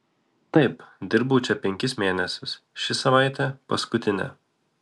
taip dirbau čia penkis mėnesius ši savaitė paskutinė